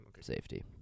Safety